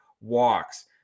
walks